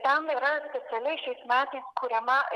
tam yra specialiai šiais metais kuriama